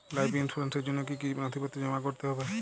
Life ইন্সুরেন্সর জন্য জন্য কি কি নথিপত্র জমা করতে হবে?